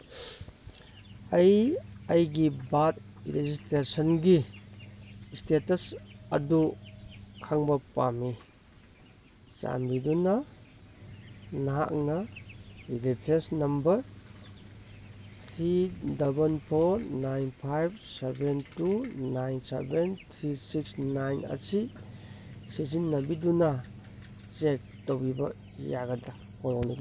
ꯑꯩ ꯑꯩꯒꯤ ꯕꯥꯔꯠ ꯔꯦꯖꯤꯁꯇ꯭ꯔꯦꯁꯟꯒꯤ ꯏꯁꯇꯦꯇꯁ ꯑꯗꯨ ꯈꯪꯕ ꯄꯥꯝꯃꯤ ꯆꯥꯟꯕꯤꯗꯨꯅ ꯅꯍꯥꯛꯅ reference number three double four nine five seven two nine seven three six nine ꯑꯁꯤ ꯁꯤꯖꯤꯟꯅꯕꯤꯗꯨꯅ ꯆꯦꯛ ꯇꯧꯕꯤꯕ ꯌꯥꯒꯗ꯭ꯔꯥ